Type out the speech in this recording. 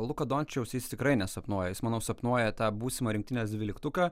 luko dončiaus jisai tikrai nesapnuoja jis manau sapnuoja tą būsimą rinktinės dvyliktuką